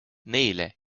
neile